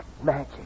magic